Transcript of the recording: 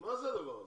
מה זה הדבר הזה?